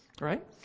right